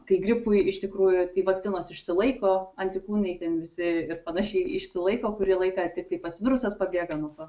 kai gripui iš tikrųjų tai vakcinos išsilaiko antikūnai ten visi ir panašiai išsilaiko kurį laiką tiktai pats virusas pabėga nuo to